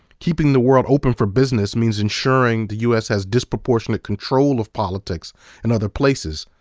keeping the world open for business means ensuring the u s. has disproportionate control of politics in other places,